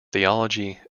theology